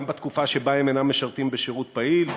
גם בתקופה שבה הם אינם משרתים שירות פעיל,